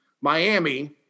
Miami